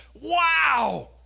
wow